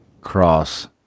cross